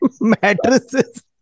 mattresses